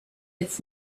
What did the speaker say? its